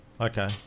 Okay